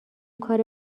کار